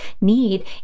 need